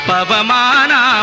Pavamana